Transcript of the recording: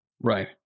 right